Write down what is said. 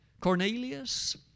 Cornelius